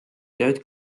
tööd